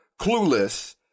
Clueless